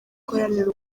guharanira